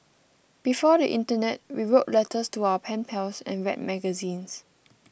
before the internet we wrote letters to our pen pals and read magazines